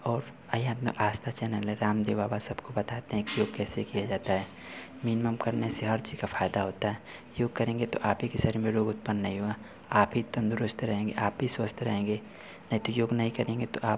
और वही अपना आस्था चैनल है रामदेव बाबा सबको बताते हैं कि योग कैसे किया जाता है मिनिमम करने से और चीज़ का फायदा होता है योग करेंगे तो आप ही के शरीर में रोग उत्पन्न नहीं होगा आप ही तंदुरुस्त रहेगे आप ही स्वस्थ रहेंगे यदि योग नहीं करेंगे तो आप